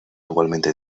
igualmente